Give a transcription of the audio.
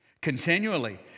Continually